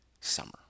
summer